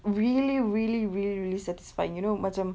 really really really really satisfying you know macam